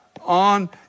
on